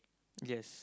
yes